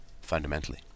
fundamentally